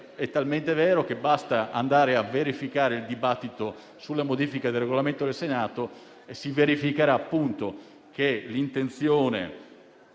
è talmente vero che basta andare a verificare il dibattito sulla modifica del Regolamento del Senato e si verificherà che l'intenzione